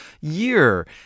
year